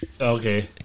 Okay